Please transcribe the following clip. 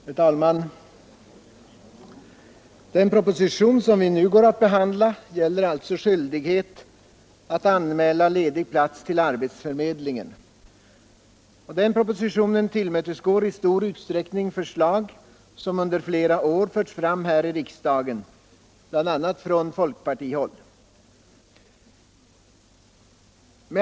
Herr talman! Den proposition som vi nu går att behandla gäller skyldighet att anmäla lediga platser till arbetsförmedlingen. Propositionen tillmötesgår I stor utsträckning förslag som under flera år förts fram här i riksdagen, bl.a. från folkpartihåll.